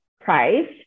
price